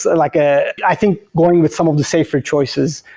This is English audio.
like ah i think going with some of the safer choices,